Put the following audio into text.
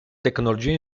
tecnologie